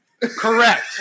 Correct